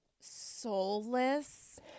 soulless